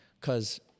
Cause